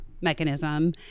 mechanism